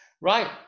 right